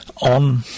on